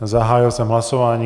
Zahájil jsem hlasování.